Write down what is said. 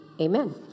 amen